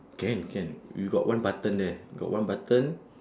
can can we got one button there we got one button